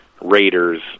raiders